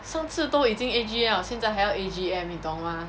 上次都已经 A_G_M 现在还要 A_G_M 你懂吗